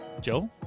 Joe